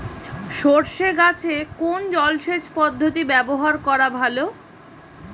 সরষে গাছে কোন জলসেচ পদ্ধতি ব্যবহার করা ভালো?